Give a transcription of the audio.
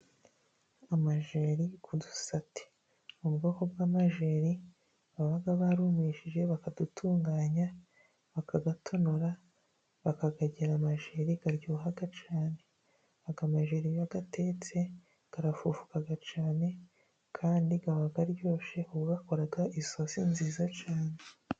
Amajeri y'udusate ubwoko bw'amajeri babaga barumishije bakadutunganya bakayatonora bakayagira amajeri aryoha cyane. Ayo majeri iyo atetse arafufuka cyane ,kandi aba aryoshe akoraga isosi nziza cyane .